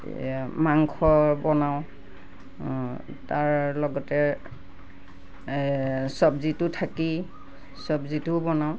এইয়া মাংস বনাওঁ তাৰ লগতে চবজিটো থাকেই চবজিটোও বনাওঁ